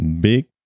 Big